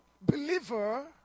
believer